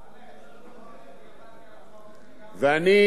אני לא רוצה להיכנס לפירוט הזה,